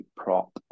prop